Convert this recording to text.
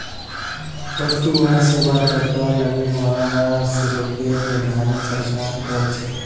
वस्तु आर सेवार बदला लगने वाला शुल्केर निर्धारण सरकार कर छेक